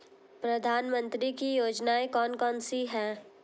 प्रधानमंत्री की योजनाएं कौन कौन सी हैं?